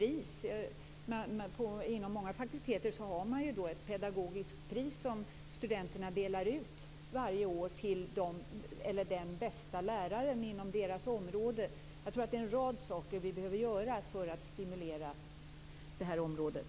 Inom många fakulteter har man ett pedagogiskt pris som studenterna delar ut varje år till den bästa läraren inom deras område. Jag tror att vi behöver göra en rad saker för att stimulera det här området.